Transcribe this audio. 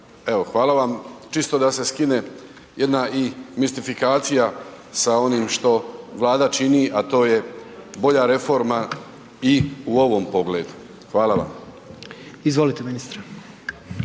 hvala vam, čisto da se skine jedna i mistifikacija sa onim što Vlada čini a to je bolja reforma i u ovom pogledu. Hvala vam. **Jandroković,